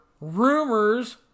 rumors